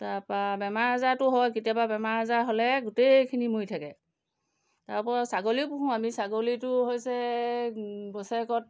তাৰপৰা বেমাৰ আজাৰতো হয় কেতিয়াবা বেমাৰ আজাৰ হ'লে গোটেইখিনি মৰি থাকে তাৰপৰা ছাগলীও পোহোঁ আমি ছাগলীটো হৈছে বছৰেকত